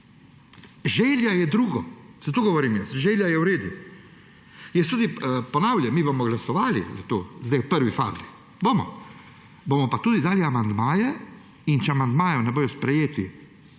Želja je drugo, zato govorim, da želja je v redu. Ponavljam, mi bomo glasovali za to, zdaj v prvi fazi. Bomo, bomo pa tudi dali amandmaje in če amandmaji ne bojo sprejeti